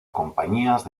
compañías